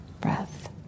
breath